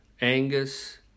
Angus